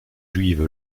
juive